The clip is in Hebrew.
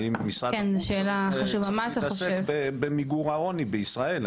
האם משרד החוץ צריך להתעסק במיגור העוני בישראל.